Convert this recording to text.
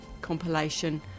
compilation